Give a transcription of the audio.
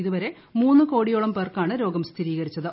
ഇതുവരെ മൂന്ന് കോടിയോളം പേർക്കാണ് രോഗം സ്ഥിരീകരിച്ചത്